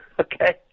okay